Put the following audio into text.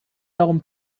darum